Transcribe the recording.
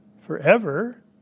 forever